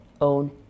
own